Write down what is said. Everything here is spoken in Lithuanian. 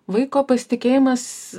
vaiko pasitikėjimas